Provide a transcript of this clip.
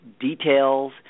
details